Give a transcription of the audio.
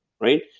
right